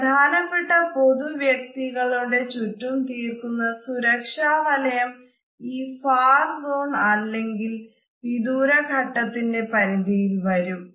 പ്രധാനപ്പെട്ട പൊതു വ്യക്തികളുടെ ചുറ്റും തീർക്കുന്ന സുരക്ഷാവലയo ഈ ഫാർ സോൺ അല്ലെങ്കിൽ വിദൂര ഘട്ടത്തിൻറെ പരിധിയിൽ വരും